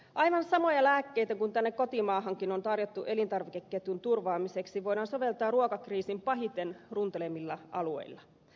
aivan samoja lääkkeitä kuin tänne kotimaahankin on tarjottu elintarvikeketjun turvaamiseksi voidaan soveltaa ruokakriisin pahiten runtelemilla alueilla